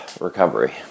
recovery